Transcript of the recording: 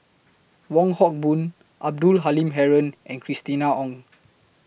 Wong Hock Boon Abdul Halim Haron and Christina Ong